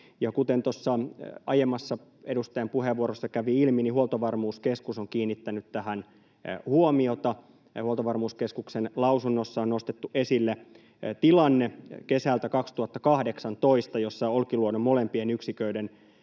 tuossa aiemmassa edustajan puheenvuorossa kävi ilmi, niin Huoltovarmuuskeskus on kiinnittänyt tähän huomiota, ja Huoltovarmuuskeskuksen lausunnossa on nostettu esille kesältä 2018 tilanne, jossa Olkiluodon molempien yksiköiden